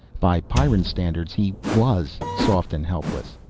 by pyrran standards he was soft and helpless.